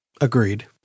Agreed